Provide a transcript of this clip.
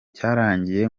cyarangiye